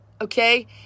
Okay